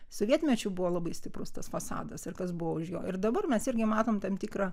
sovietmečiu buvo labai stiprus tas fasadas ir kas buvo už jo ir dabar mes irgi matom tam tikrą